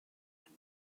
نمی